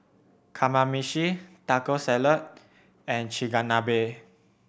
Kamameshi Taco Salad and Chigenabe